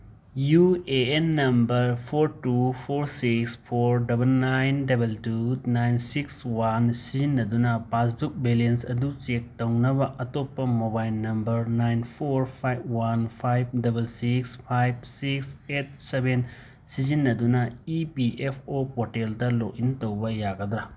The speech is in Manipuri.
U A N number four two four six four double nine double two nine six one ꯁꯤꯖꯤꯟꯅꯗꯨꯅ ꯄꯥꯁꯕꯨꯛ ꯕꯦꯂꯦꯟꯁ ꯑꯗꯨ ꯆꯦꯛ ꯇꯧꯅꯕ ꯑꯇꯣꯞꯄ mobile number nine four five one five double six five six eight seven ꯁꯤꯖꯤꯟꯅꯗꯨꯅ ꯏ ꯄꯤ ꯑꯦꯐ ꯑꯣ ꯄꯣꯔꯇꯦꯜꯗ ꯂꯣꯛ ꯏꯟ ꯇꯧꯕ ꯌꯥꯒꯗ꯭ꯔꯥ